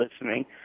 listening